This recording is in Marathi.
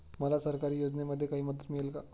मला सरकारी योजनेमध्ये काही मदत मिळेल का?